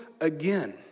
again